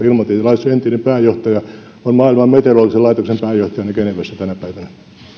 ilmatieteen laitoksen entinen pääjohtaja on maailman meteorologisen järjestön pääjohtajana genevessä tänä päivänä